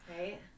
right